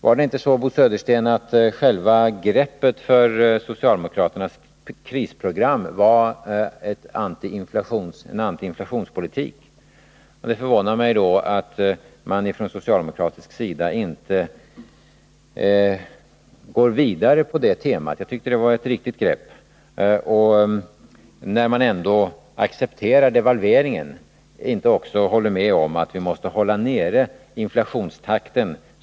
Var det inte så, Bo Södersten, att själva greppet för socialdemokraternas krisprogram var en antiinflationspolitik? Det förvånar mig då att man inte från socialdemokratisk sida går vidare på det temat — jag tyckte det var ett riktigt grepp — och att man, när man ändå accepterar devalveringen, inte också håller med om att vi måste hålla nere inflationstakten.